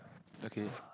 okay